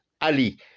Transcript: Ali